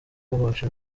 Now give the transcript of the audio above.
guhosha